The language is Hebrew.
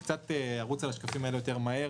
ארוץ על השקפים האלה יותר מהר.